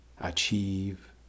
Achieve